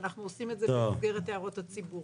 ואנחנו עושים את זה במסגרת הערות הציבור.